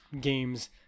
games